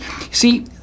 See